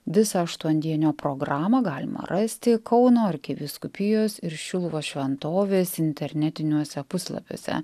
visą aštuondienio programą galima rasti kauno arkivyskupijos ir šiluvos šventovės internetiniuose puslapiuose